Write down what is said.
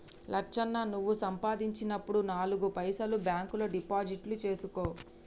లచ్చన్న నువ్వు సంపాదించినప్పుడు నాలుగు పైసలు బాంక్ లో డిపాజిట్లు సేసుకో